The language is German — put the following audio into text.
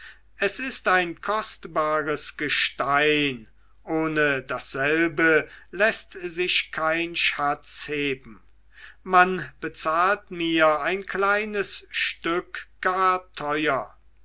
es ist ein kostbares gestein ohne dasselbe läßt sich kein schatz heben man bezahlt mir ein kleines stück gar teuer